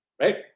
Right